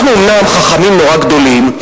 אומנם אנחנו חכמים נורא גדולים,